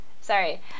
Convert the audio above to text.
sorry